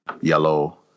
yellow